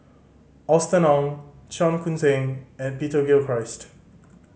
Austen Ong Cheong Koon Seng and Peter Gilchrist